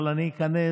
אבל אני איכנס,